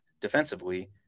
defensively